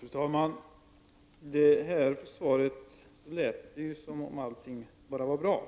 Fru talman! På det här svaret lät det ju som om allting bara var bra.